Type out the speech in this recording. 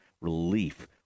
relief